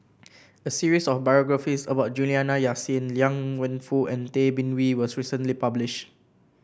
a series of biographies about Juliana Yasin Liang Wenfu and Tay Bin Wee was recently published